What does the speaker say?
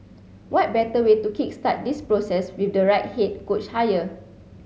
what better way to kick start this process with the right head coach hire